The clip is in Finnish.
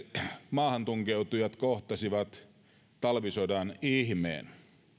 maahantunkeutujat kohtasivat talvisodan ihmeen